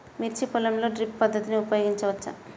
మిర్చి పొలంలో డ్రిప్ పద్ధతిని ఉపయోగించవచ్చా?